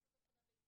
צריך לעשות אבחנה בין